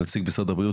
נציג משרד הבריאות,